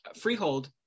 freehold